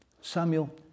Samuel